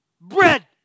bread